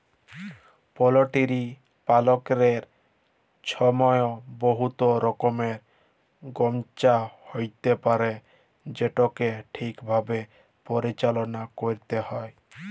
poultry পাললের ছময় বহুত রকমের ছমচ্যা হ্যইতে পারে যেটকে ঠিকভাবে পরিচাললা ক্যইরতে হ্যয়